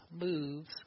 moves